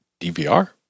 DVR